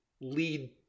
lead